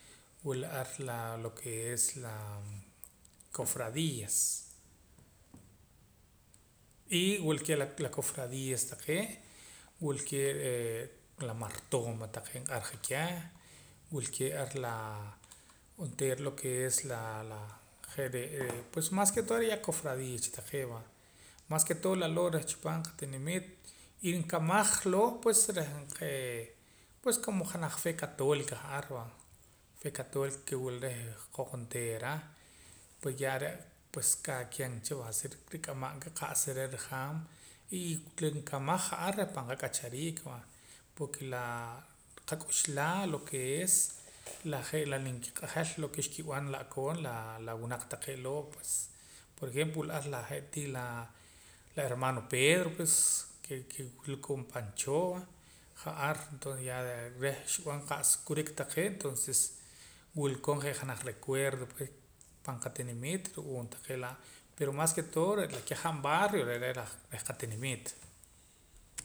Wula ar lo ke es laa cofradias y wila kee' la cofradias taqee' wilke'ee laa martooma taqee' nq'arja keh wilkee' ar la laa onteera lo ke es laa la je're pues mas ke todo ya cofradia cha taqee' va mas ke todo laloo' reh chipaam qatinimiit y nkamaj loo' pues reh qeeh pues como janaj fe católica ja'ar va fé catolica ke wula reh hoj onteera pues ya pues cada quien cha va si nrik'amam ka qa'sa re' rajaam y lo ke nkamaj ja'ar re' pan qak'achariik va porque laa nqak'uxlaa lo ke es la je' la kinimq'ajel lo ke xkib'an la'koon laa la wunaq taqee' loo' pues por ejemplo wula ar je'tii laa la hermano pedro pues ke ke wila koon pan choo va ja'ar tonses ya reh xib'an qa'sa kurik taqee' entonces wila koon je' janaj recuerdo pue reh pan qatinimiit ru'uum taqee' laa pero mas ke todo re' la kajab' barrio re're' reh qatinimiit